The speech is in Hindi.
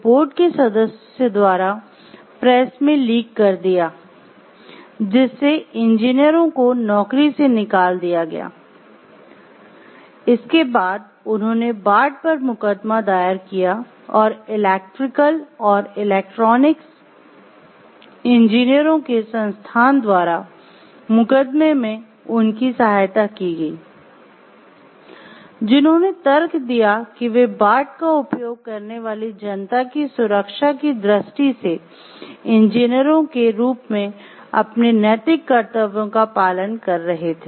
बार्ट का उपयोग करने वाली जनता की सुरक्षा की दृष्टि से इंजीनियरों के रूप में अपने नैतिक कर्तव्यों का पालन कर रहे थे